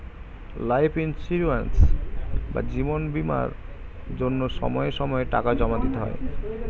life insurance বা জীবন বীমার জন্য সময় সময়ে টাকা জমা দিতে হয়